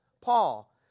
Paul